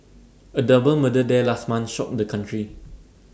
A double murder there last month shocked the country